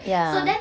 ya